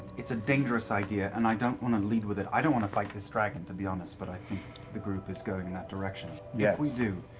it's a dangerous idea, and i don't want to lead with it. i don't want to fight this dragon, to be honest, but i think the group is going that direction. if yeah we do